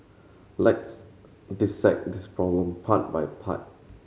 let's dissect this problem part by part